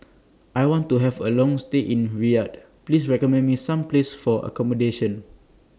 I want to Have A Long stay in Riyadh Please recommend Me Some Places For accommodation